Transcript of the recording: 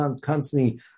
constantly